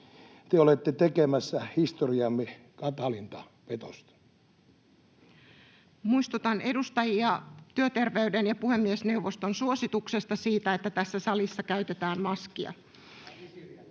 te olette tekemässä historiamme katalinta petosta. Muistutan edustajia työterveyden ja puhemiesneuvoston suosituksesta siitä, että tässä salissa käytetään maskia. [Mika